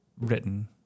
written